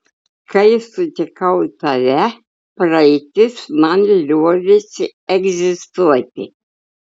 kai sutikau tave praeitis man liovėsi egzistuoti